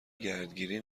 گردگیری